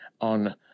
on